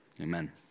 Amen